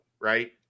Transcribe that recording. right